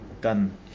done